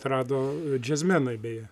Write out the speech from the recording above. atrado džiazmenai beje